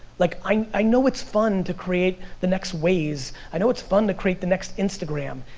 like, i know it's fun to create the next waze. i know it's fun to create the next instagram.